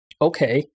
okay